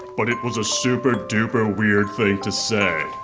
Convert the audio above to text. but it was a super-duper weird thing to say.